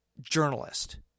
journalist